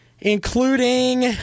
including